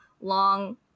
long